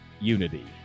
unity